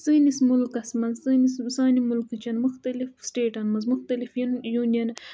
سٲنِس مُلکَس منٛز سٲنِس سانہِ مُلکٕچَن مُختَلِف سِٹِیٹَن منٛز مُختلِف یوٗ یوٗنِیَن